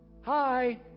hi